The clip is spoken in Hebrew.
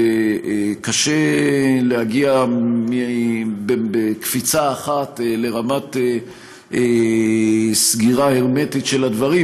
וקשה להגיע בקפיצה אחת לרמת סגירה הרמטית של הדברים,